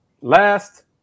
last